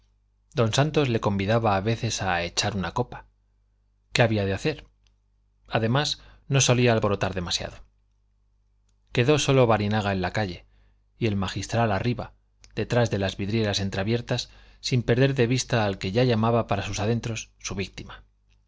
don santos le convidaba a veces a echar una copa qué había de hacer además no solía alborotar demasiado quedó solo barinaga en la calle y el magistral arriba detrás de las vidrieras entreabiertas sin perder de vista al que ya llamaba para sus adentros su víctima